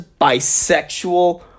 bisexual